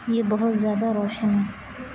یہ بہت زیادہ روشن ہے